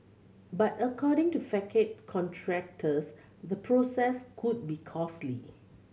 but according to facade contractors the process could be costly